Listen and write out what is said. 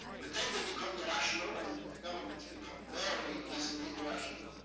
but then they become irrational. and governments become very easily irrational.